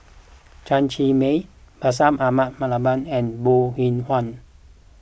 Chen Cheng Mei Bashir Ahmad Mallal and Bong Hiong Hwa